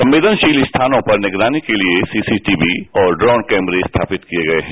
संवेदनशील स्थानों पर निगरानी रखने के लिए सीसीटीवी और ड्रोन कैमरे स्थापित किए गए हैं